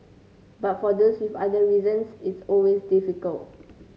but for those with other reasons it's always difficult